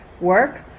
work